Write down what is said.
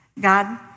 God